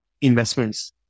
investments